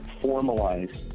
formalize